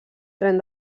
tren